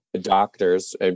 doctors